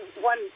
one